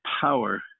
power